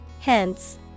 Hence